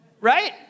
Right